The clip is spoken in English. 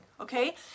okay